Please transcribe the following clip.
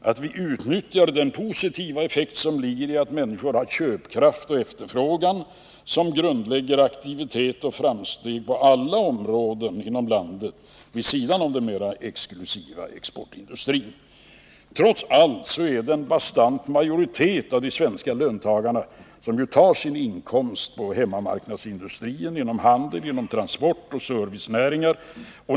Vi måste utnyttja den positiva effekt som ligger i att det hos människor finns köpkraft och efterfrågan, som grundlägger aktivitet och framsteg på alla områden inom landet vid sidan om den mera exklusiva exportindustrin. Trots allt är det en bastant majoritet av de svenska löntagarna som tar sin inkomst i hemmamarknadsindustrin, genom handel, transport och servicenäringar.